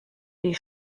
die